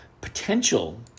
potential